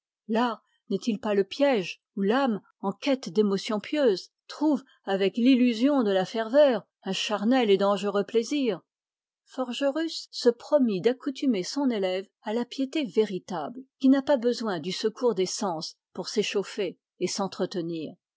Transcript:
l'art n'est-il pas le piège où l'âme en quête d'émotion pieuse trouve avec l'illusion de la ferveur un charnel et dangereux plaisir forgerus se promit d'accoutumer son élève à la piété véritable qui n'a pas besoin du secours des sens pour s'échauffer et s'entretenir